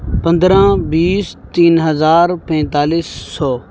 پندرہ بیس تین ہزار پینتالیس سو